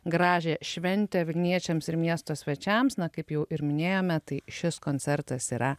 gražią šventę vilniečiams ir miesto svečiams na kaip jau ir minėjome tai šis koncertas yra